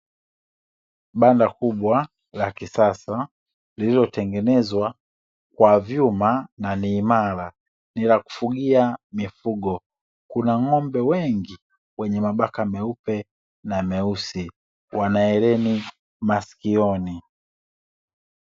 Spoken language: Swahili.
Banda kubwa la kisasa, lililotengenezwa kwa vyuma na ni imara, ni la kufugia mifugo kuna ng'ombe wengi, wenye mabaka meupe, na meusi wana hereni masikioni.